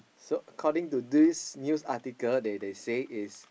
so according to this news article they they say is